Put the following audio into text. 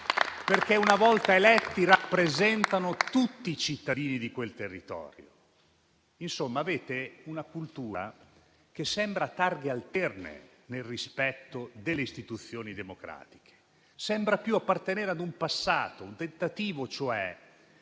perché una volta eletti rappresentano tutti i cittadini di quel territorio. Insomma, avete una cultura che sembra a targhe alterne nel rispetto delle istituzioni democratiche e sembra più appartenere al passato, nel tentativo cioè